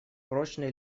прочны